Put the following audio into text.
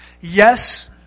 Yes